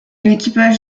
équipage